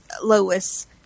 Lois